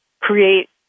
create